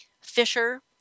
Fisher